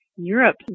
Europe